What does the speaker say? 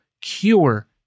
cure